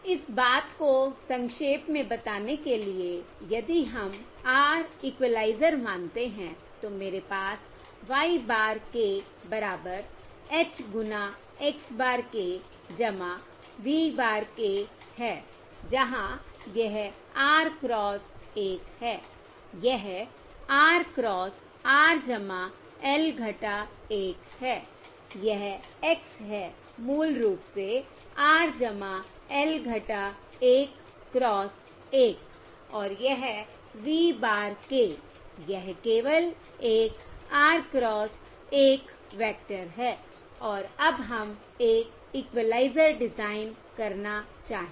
इस बात को संक्षेप में बताने के लिए यदि हम R इक्विलाइज़र मानते हैं तो मेरे पास y bar k बराबर h गुना x bar k v bar k है जहाँ यह R क्रॉस 1 है यह R क्रॉस R L 1 है यह x है मूल रूप से R L 1 क्रॉस 1 और यह v bar k यह केवल एक R क्रॉस 1 वेक्टर है और अब हम एक इक्विलाइज़र डिजाइन करना चाहेंगे